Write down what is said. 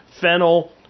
Fennel